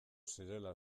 zirela